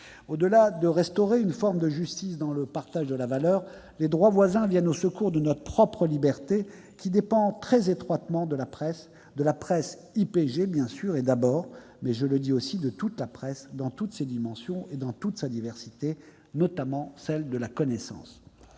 Au-delà de restaurer une forme de justice dans le partage de la valeur, les droits voisins viennent au secours de notre propre liberté, qui dépend très étroitement de la presse, de la presse IPG bien sûr et d'abord, mais aussi de toute la presse, dans toutes ses dimensions et dans toute sa diversité, notamment celle de la connaissance.